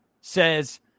says